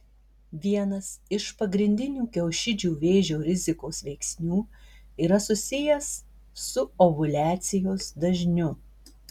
vienas iš pagrindinių kiaušidžių vėžio rizikos veiksnių yra susijęs su ovuliacijos dažniu